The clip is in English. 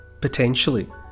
potentially